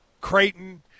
Creighton